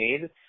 made